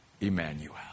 Emmanuel